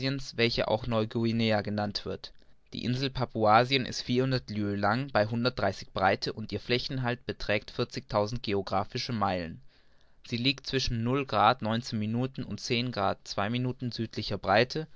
welche auch neu-guinea genannt wird die insel papuasien ist vierhundert lieues lang bei hundertunddreißig breite und ihr flächeninhalt beträgt vierzigtausend geographische meilen sie liegt zwischen null neun minuten und grad zwei minuten südlicher breite